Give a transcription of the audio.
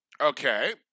Okay